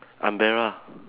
umbrella